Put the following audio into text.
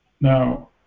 Now